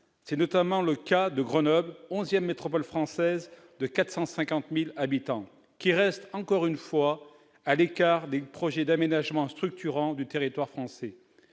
C'est notamment le cas de Grenoble, onzième métropole française avec 450 000 habitants, qui reste, une fois de plus, à l'écart des projets d'aménagement structurants du territoire français.